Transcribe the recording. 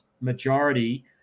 majority